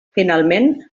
finalment